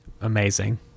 Amazing